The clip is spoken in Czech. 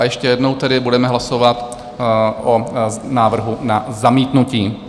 Ještě jednou tedy budeme hlasovat o návrhu na zamítnutí.